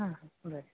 आं बरें